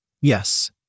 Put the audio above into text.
Yes